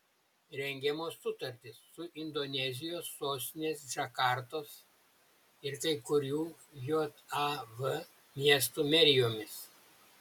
rengiamos sutartys su indonezijos sostinės džakartos ir kai kurių jav miestų merijomis